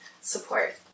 support